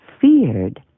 feared